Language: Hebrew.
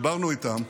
דיברנו איתם,